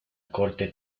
corte